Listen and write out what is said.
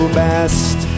best